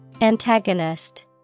antagonist